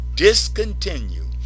Discontinue